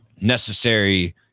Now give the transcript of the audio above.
necessary